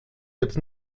jetzt